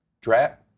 drap